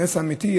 הנס האמיתי,